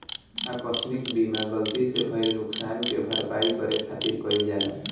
आकस्मिक बीमा गलती से भईल नुकशान के भरपाई करे खातिर कईल जाला